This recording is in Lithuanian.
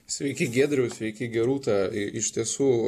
sveiki giedriau sveiki gerūta i iš tiesų